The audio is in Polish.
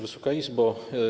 Wysoka Izbo!